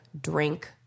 drink